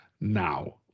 now